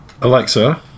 Alexa